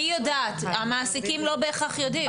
היא יודעת, המעסיקים לא בהכרח יודעים.